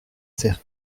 sert